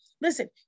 listen